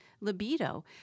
libido